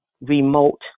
remote